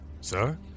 Sir